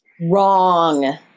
wrong